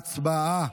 הצבעה.